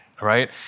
Right